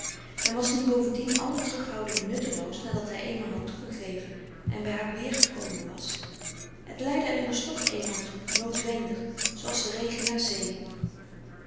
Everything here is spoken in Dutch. en was niet bovendien alle terughouding nutteloos nadat hij eenmaal had toegegeven en bij haar weer gekomen was het leidde er immers toch eenmaal toe noodwendig zooals de regen naar zee